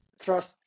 Trust